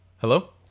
hello